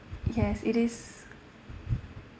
yes it is